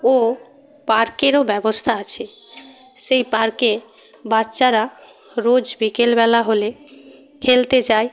ও পার্কেরও ব্যবস্থা আছে সেই পার্কে বাচ্চারা রোজ বিকেলবেলা হলে খেলতে যায়